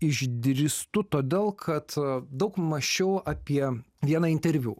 išdrįstu todėl kad daug mąsčiau apie vieną interviu